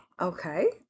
Okay